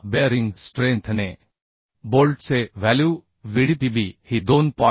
bearing strength बोल्टचे value VdPb ही 2